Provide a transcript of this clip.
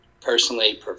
personally –